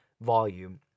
volume